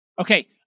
Okay